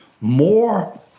more